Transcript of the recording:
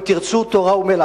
או אם תרצו: תורה ומלאכה.